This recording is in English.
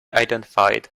identified